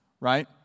right